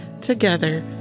together